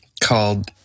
called